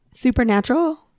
Supernatural